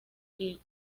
del